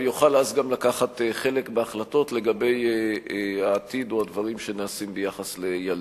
ויוכל אז גם לקחת חלק בהחלטות לגבי העתיד או הדברים שנעשים ביחס לילדו.